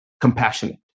compassionate